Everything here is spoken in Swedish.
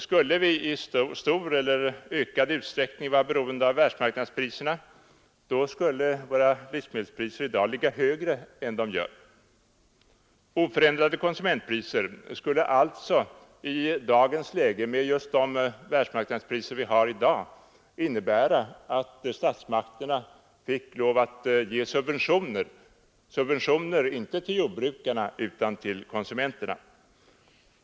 Skulle vi i stor eller ökad utsträckning vara beroende av världsmarknadspriserna, skulle våra livsmedelspriser i dag ligga högre än de gör. Oförändrade konsumentpriser skulle alltså i dagens läge, med just de världsmarknadspriser vi har i dag, innebära att statsmakterna fick lov att ge subventioner — inte till jordbrukarna utan till konsumenterna.